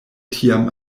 tiam